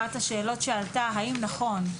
אחת השאלות שעלתה הייתה האם נכון,